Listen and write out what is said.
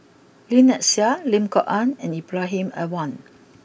Lynnette Seah Lim Kok Ann and Ibrahim Awang